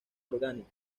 orgánica